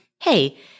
hey